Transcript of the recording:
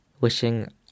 Wishing